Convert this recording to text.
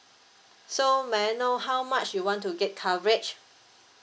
so may I know how much you want to get coverage